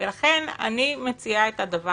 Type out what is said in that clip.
אני גם אגיד יותר